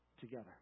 together